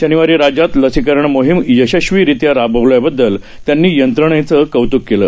शनिवारीराज्यातलसीकरणमोहीमयशस्वीरित्याराबवल्याबद्दलत्यांनीयंत्रणेचंकौत्ककेलं